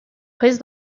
prise